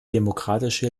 demokratische